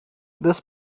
this